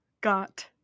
got